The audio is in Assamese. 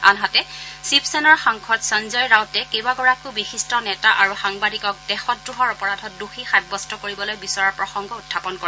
আনহাতে শিৱসেনাৰ সাংসদ সঞ্জয় ৰাউতে কেইবাগৰাকীও বিশিষ্ট নেতা আৰু সাংবাদিকক দেশদ্ৰোহৰ অপৰাধত দোষী সাব্যস্ত কৰিবলৈ বিচৰাৰ প্ৰসংগ উখাপন কৰে